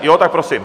Jo, tak prosím.